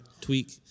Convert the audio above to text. Tweak